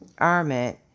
Armit